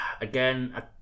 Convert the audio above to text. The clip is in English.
again